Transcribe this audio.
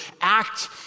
act